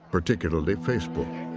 particularly facebook.